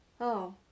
Oh